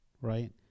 right